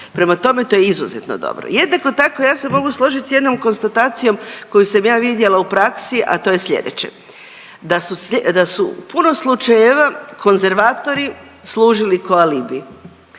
Prema tome, to je izuzetno dobro. Jednako tako ja se mogu složit s jednom konstatacijom koju sam ja vidjela u praksi, a to je slijedeće. Da su u puno slučajeva konzervatori služili kao alibi.